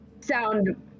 sound